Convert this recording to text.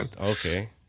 Okay